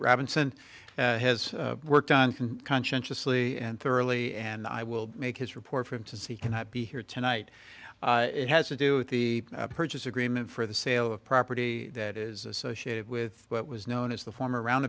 robinson has worked on can conscientiously and thoroughly and i will make his report for him to see cannot be here tonight it has to do with the purchase agreement for the sale of property that is associated with what was known as the form around